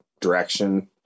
direction